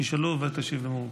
ישאלו, ותשיב במרוכז.